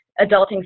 adulting